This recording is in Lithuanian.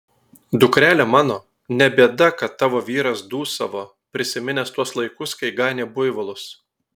dukrele mano ne bėda kad tavo vyras dūsavo prisiminęs tuos laikus kai ganė buivolus